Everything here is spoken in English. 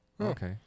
okay